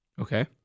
Okay